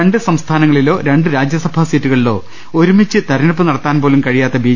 രണ്ട് സംസ്ഥാനങ്ങളിലോ രണ്ട് രാജ്യസഭാ സീറ്റുകളിലോ ഒരുമിച്ച് തിര ഞ്ഞെടുപ്പ് നടത്താൻപോലും കഴിയാത്ത ബി